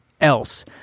else